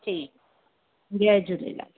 ठीकु जय झूलेलाल